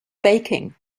baking